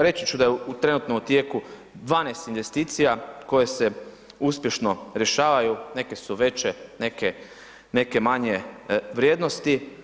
Reći ću da je trenutno u tijeku 12 investicija koje se uspješno rješavaju, neke su veće, neke manje vrijednosti.